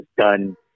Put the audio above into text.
done